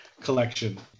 collection